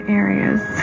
areas